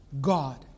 God